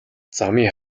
замын